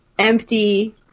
Empty